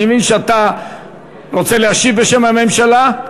אני מבין שאתה רוצה להשיב בשם הממשלה?